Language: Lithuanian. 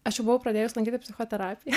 aš jau buvau pradėjus lankyti psichoterapiją